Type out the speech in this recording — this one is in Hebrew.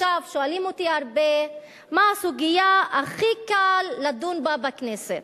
שואלים אותי הרבה מה הסוגיה שהכי קל לדון בה בכנסת,